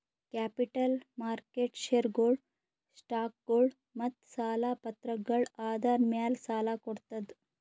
capital market ಷೇರ್ಗೊಳು, ಸ್ಟಾಕ್ಗೊಳು ಮತ್ತ್ ಸಾಲ ಪತ್ರಗಳ್ ಆಧಾರ್ ಮ್ಯಾಲ್ ಸಾಲ ಕೊಡ್ತದ್